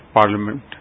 parliament